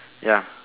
ya